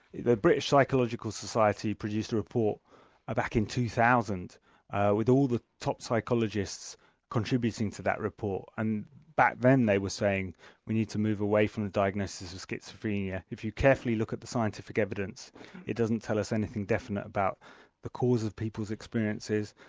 the british psychological society produced a report ah back in two thousand with all the top psychologists contributing to that report, and back then they were saying we need to move away from the diagnosis of schizophrenia. if you carefully look at the scientific evidence it doesn't tell us anything definite about the cause of people's experiences,